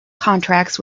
contracts